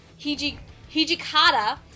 Hijikata